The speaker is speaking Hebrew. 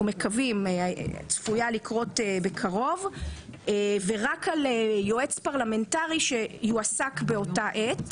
מקווים שיקרה בקרוב ורק על היועץ הפרלמנטרי שיועסק באותה עת,